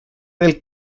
del